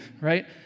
right